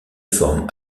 forme